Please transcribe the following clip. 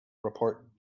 report